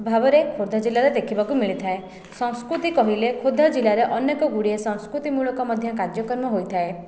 ଭାବରେ ଖୋର୍ଦ୍ଧା ଜିଲ୍ଲାରେ ଦେଖିବାକୁ ମିଳିଥାଏ ସଂସ୍କୃତି କହିଲେ ଖୋର୍ଦ୍ଧା ଜିଲ୍ଲାରେ ଅନେକ ଗୁଡ଼ିଏ ସଂସ୍କୃତି ମୂଳିକ ମଧ୍ୟ କାର୍ଯ୍ୟକ୍ରମ ହୋଇଥାଏ